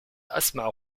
أسمع